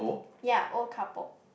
ya old couple